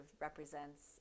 represents